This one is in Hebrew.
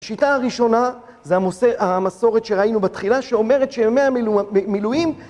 השיטה הראשונה זה המסורת שראינו בתחילה, שאומרת שימי המילואים...